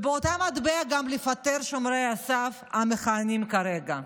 ובאותו מטבע גם לפטר את שומרי הסף המכהנים כרגע.